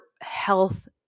health